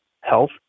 health